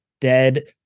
dead